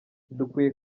dukwiye